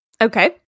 Okay